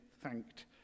thanked